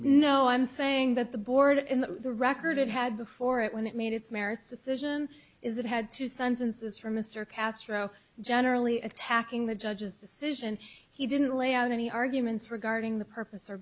no i'm saying that the board in the record had before it when it made its merits decision is it had two sentences for mr castro generally attacking the judge's decision he didn't lay out any arguments regarding the purpose or